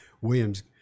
Williams